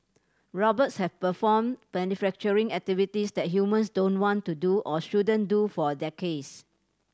robots have performed manufacturing activities that humans don't want to do or shouldn't do for decades